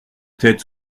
tête